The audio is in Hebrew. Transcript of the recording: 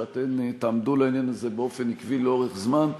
שאתן תעמדו על העניין הזה באופן עקבי לאורך זמן,